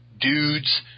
dudes